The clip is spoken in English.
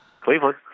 Cleveland